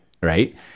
right